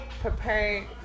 prepared